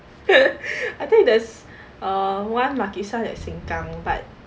I think there's err one maki-san at sengkang but